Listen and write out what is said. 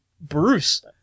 Bruce